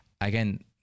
again